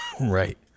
Right